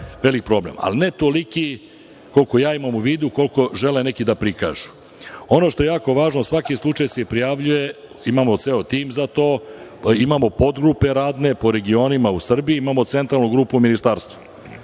veliki problem, ali ne toliki koliko ja imam u vidu, koliko žele neki da prikažu. Ono što je jako važno, svaki slučaj se prijavljuje, imamo ceo tim za to, imamo podgrupe radne po regionima u Srbiji, imamo centralnu grupu u Ministarstvu.